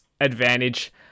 advantage